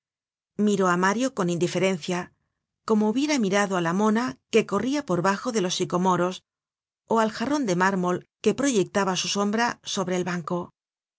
miró á mario eon indiferencia como hubiera mirado á la mona que corria por bajo de los sicomoros ó al jarron de mármol que proyectaba su sombra sobre el banco